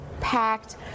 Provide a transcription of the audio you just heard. packed